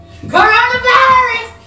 Coronavirus